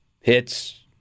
hits